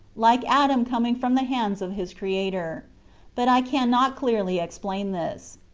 like adam coming from the hands of his creator but i cannot clearly explain this.